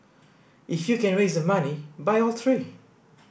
if you can raise the money buy all three